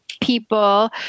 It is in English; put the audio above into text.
people